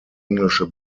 englische